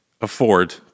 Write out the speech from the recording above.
afford